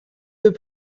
peu